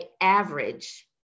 average